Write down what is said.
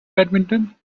badminton